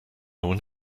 will